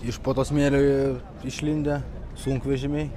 iš po to smėlio ir išlindę sunkvežimiai